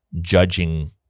judging